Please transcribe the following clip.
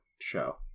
show